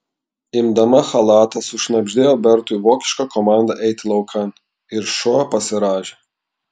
imdama chalatą sušnabždėjo bertui vokišką komandą eiti laukan ir šuo pasirąžė